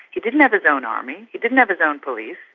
he didn't have his own army, he didn't have his own police,